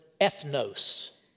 ethnos